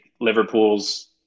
Liverpool's